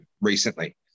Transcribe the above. recently